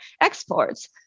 exports